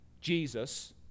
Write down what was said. Jesus